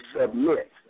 submit